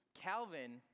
calvin